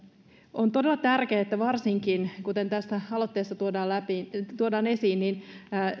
on todella tärkeää kuten tässä aloitteessa tuodaan esiin että varsinkin